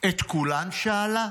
"את כולן?" שאלה.